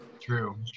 True